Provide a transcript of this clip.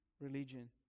religion